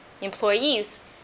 employees